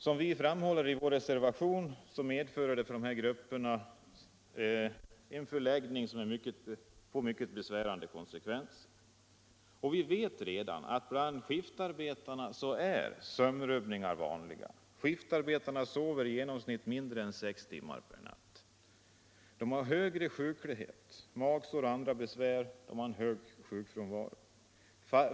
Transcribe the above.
Som vi framhåller i vår reservation medför detta för de här grupperna en förläggning av arbetstiden som får mycket besvärande konsekvenser för dem. Vi vet redan att sömnrubbningar är vanliga bland skiftarbetarna. Skiftarbetarna sover i genomsnitt mindre än sex timmar per natt, de har högre sjuklighet än vad som är vanligt och de har också andra besvär samt hög sjukfrånvaro.